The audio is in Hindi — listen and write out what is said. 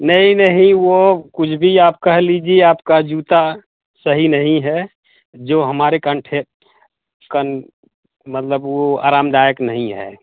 नहीं नहीं वो कुछ भी आप कह लीजिए आपका जूता सही नहीं है जो हमारे कंठे कन मतलब वो आरामदायक नही है